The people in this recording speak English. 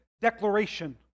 declaration